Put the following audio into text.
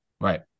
Right